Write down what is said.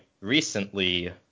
recently